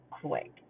quick